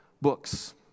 books